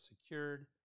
secured